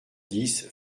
dix